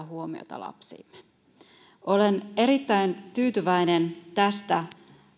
kiinnittää huomiota lapsiimme olen erittäin tyytyväinen tästä